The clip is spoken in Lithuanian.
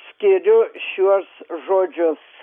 skiriu šiuos žodžius